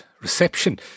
reception